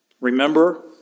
Remember